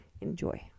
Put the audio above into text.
enjoy